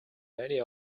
many